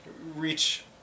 reach